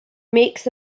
makes